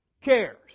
cares